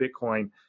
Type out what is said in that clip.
Bitcoin